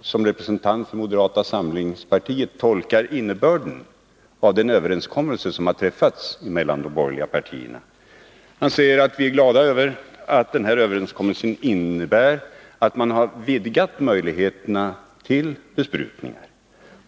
såsom representant för moderata samlingspartiet tolkade innebörden av den överenskommelse som har träffats mellan de borgerliga partierna. Han sade att han var glad över att denna överenskommelse innebär att man har vidgat möjligheterna till besprutningar.